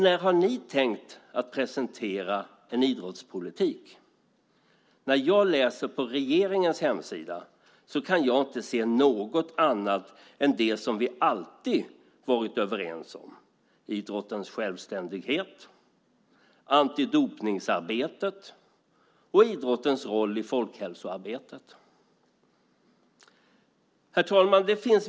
När har ni tänkt presentera en idrottspolitik? På regeringens hemsida kan jag inte se något annat än det som vi alltid har varit överens om, nämligen idrottens självständighet, antidopningsarbetet och idrottens roll i folkhälsoarbetet. Herr talman!